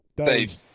Dave